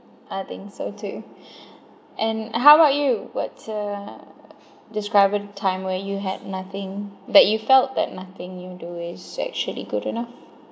I think so too and how about you what uh describe a time where you had nothing that you felt that nothing you do is actually good enough